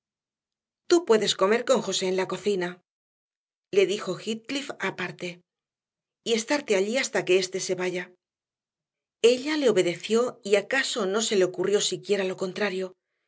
tú puedes comer con josé en la cocina le dijo heathcliff aparte y estarte allí hasta que éste se vaya ella le obedeció y acaso no se le ocurrió siquiera lo contrario